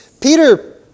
Peter